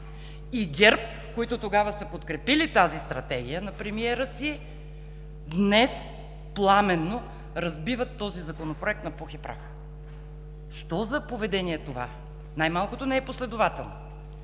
И ГЕРБ, които тогава са подкрепили Стратегията на премиера си, днес пламенно разбиват този Законопроект на пух и прах. Що за поведение е това?! Най-малкото не е последователно.